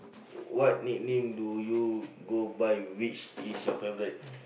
what nickname do you go by which is your favourite